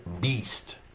beast